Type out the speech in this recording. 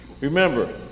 Remember